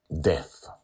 Death